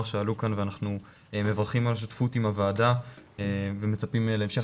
שעלו כאן ואנחנו מברכים על השותפות עם הוועדה ומצפים להמשך